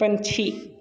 पंछी